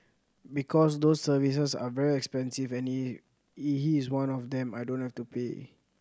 because those services are very expensive and he is one of them I don't have to pay